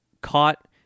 caught